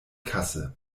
kasse